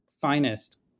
finest